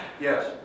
yes